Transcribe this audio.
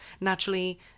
Naturally